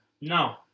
No